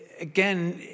Again